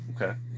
Okay